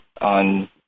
on